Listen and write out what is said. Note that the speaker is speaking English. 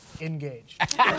Engaged